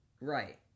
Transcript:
Right